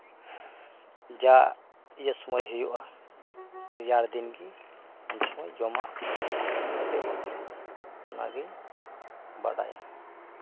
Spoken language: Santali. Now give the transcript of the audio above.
ᱡᱟ ᱤᱭᱟᱹ ᱥᱚᱢᱚᱭ ᱦᱩᱭᱩᱜᱼᱟ ᱨᱮᱭᱟᱲ ᱫᱤᱱᱜᱮ ᱩᱱ ᱥᱚᱢᱚᱭ ᱡᱚᱢᱟᱜ ᱠᱟᱛᱮᱞᱮ ᱵᱚᱵᱚᱦᱟᱨᱟ ᱚᱱᱟᱜᱤᱧ ᱵᱟᱲᱟᱭᱟ